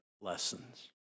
lessons